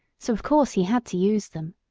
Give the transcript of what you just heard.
so of course he had to use them.